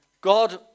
God